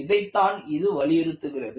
இதைத்தான் இது வலியுறுத்துகிறது